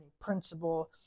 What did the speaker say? principle